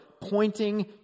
pointing